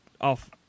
off